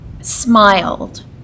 smiled